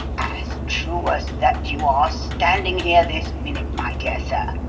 as true as that you are standing here this minute, my dear sir.